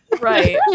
Right